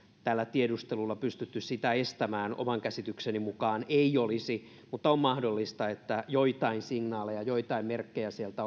tällä tiedustelulla pystytty sitä estämään oman käsitykseni mukaan ei olisi mutta on mahdollista että joitain signaaleja joitain merkkejä sieltä